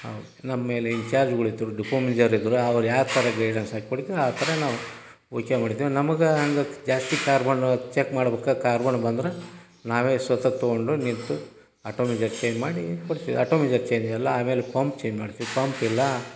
ಹೌದು ನಮ್ಮ ಮೇಲೆ ಇಂಚಾರ್ಜ್ಗಳು ಇದ್ದರು ಡಿಪೋ ಮೇಜರ್ ಇದ್ದರು ಅವ್ರು ಯಾವ ಥರ ಗೈಡೆನ್ಸ್ ಹಾಕಿ ಕೊಡ್ತಿದ್ರು ಆ ಥರ ನಾವು ಓಕೆ ಮಾಡಿದ್ವಿ ನಮಗ ಹಂಗೆ ಜಾಸ್ತಿ ಕಾರ್ಬನ್ನು ಚೆಕ್ ಮಾಡ್ಬೇಕಾರ್ ಕಾರ್ಬನ್ ಬಂದ್ರೆ ನಾವೇ ಸ್ವತಃ ತೊಗೊಂಡೋಗಿ ನಿಂತು ಆಟೋ ಮೇಜರ್ ಚೇನ್ ಮಾಡಿ ಕೊಡ್ತಿದ್ವಿ ಆಟೋ ಮೇಜರ್ ಚೇನ್ ಇಲ್ಲ ಆಮೇಲೆ ಪಂಪ್ ಚೇನ್ ಮಾಡ್ತಿದ್ವಿ ಪಂಪ್ ಇಲ್ಲ